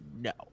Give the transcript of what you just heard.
no